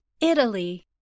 Italy